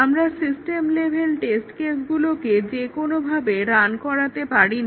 আমরা system level test কেসগুলোকে যেকোনোভাবে রান করাতে পারি না